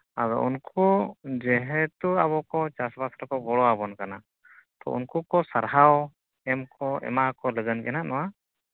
ᱟᱫᱚ ᱩᱱᱠᱩ ᱡᱮᱦᱮᱛᱩ ᱟᱵᱚ ᱠᱚ ᱪᱟᱥᱵᱟᱥ ᱨᱮᱠᱚ ᱜᱚᱲᱚ ᱟᱵᱚᱱ ᱠᱟᱱᱟ ᱛᱳ ᱩᱱᱠᱩ ᱠᱚ ᱥᱟᱨᱦᱟᱣ ᱮᱢ ᱠᱚ ᱮᱢᱟᱣ ᱠᱚ ᱞᱟᱹᱜᱤᱫ ᱜᱮᱦᱟᱸᱜ ᱱᱚᱣᱟ